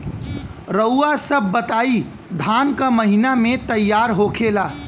रउआ सभ बताई धान क महीना में तैयार होखेला?